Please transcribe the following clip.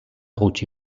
gutxi